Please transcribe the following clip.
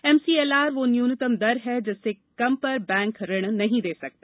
MCLR वह न्यूनतम दर है जिससे कम पर बैंक ऋण नहीं दे सकते